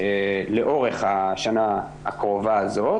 לאורך השנה הקרובה הזו,